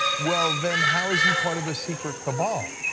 well, then how is he part of a secret cabal?